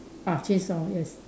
ah change sound yes